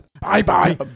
Bye-bye